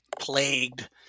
plagued